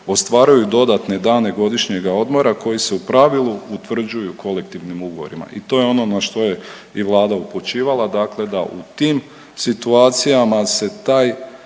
ostvaruju dodatne dane godišnjega odmora koji se u pravilu utvrđuju kolektivnim ugovorima i to je ono na što je i Vlada upućivala, dakle da u tim situacijama se taj